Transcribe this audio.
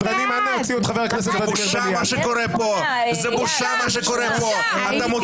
חבר הכנסת ולדימיר בליאק, אני קורא אותך לסדר